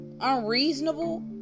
unreasonable